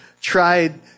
tried